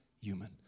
human